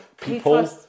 people